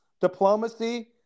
diplomacy